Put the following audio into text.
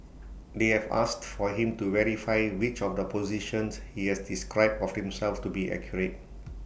they have asked for him to verify which of the positions he has described of himself to be accurate